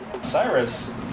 Cyrus